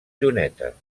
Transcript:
llunetes